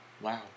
Wow